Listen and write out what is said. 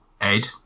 Ed